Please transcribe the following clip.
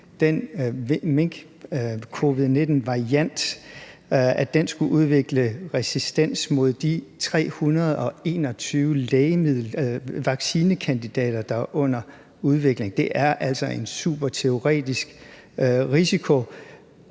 den minkvariant af covid-19 skulle udvikle resistens mod de 321 vaccinekandidater, der er under udvikling. Det er altså en superteoretisk risiko,